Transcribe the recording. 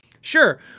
Sure